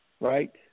Right